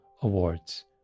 awards